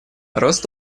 рост